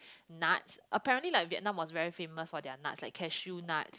nuts apparently like Vietnam was very famous for their nuts like cashew nut